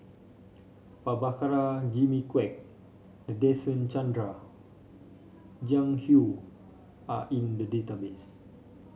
Prabhakara Jimmy Quek Nadasen Chandra Jiang Hu are in the database